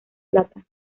plata